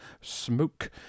smoke